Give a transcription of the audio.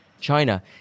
China